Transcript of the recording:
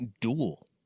duel